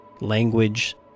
language